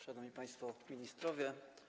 Szanowni Państwo Ministrowie!